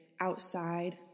outside